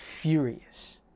furious